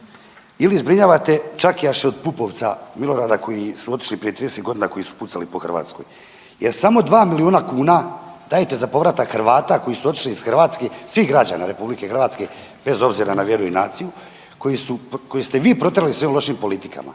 ili zbrinjavate čakijaše od Pupovca Milorada koji su otišli prije 30 godina koji su pucali po Hrvatskoj? Jer samo 2 miliona kuna dajete za povratak Hrvata koji su otišli iz Hrvatske, svih građana RH bez obzira na vjeru i naciju koji su, koje ste vi protjerali svojim lošim politikama.